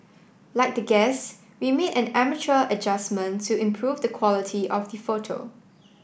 like the guests we made an amateur adjustment to improve the quality of the photo